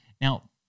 Now